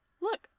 Look